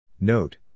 Note